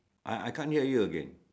I can't hear you again